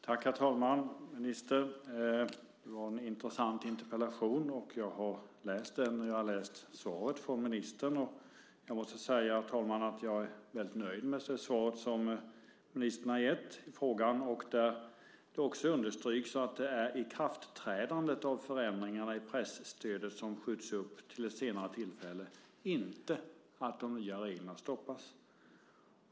Herr talman! Det var en intressant interpellation. Jag har läst den, och jag har läst svaret från ministern. Jag måste säga, herr talman, att jag är nöjd med svaret som ministern har gett i frågan. Det understryks där att det är ikraftträdandet av förändringarna i presstödet som skjuts upp till ett senare tillfälle, inte att de nya reglerna stoppas.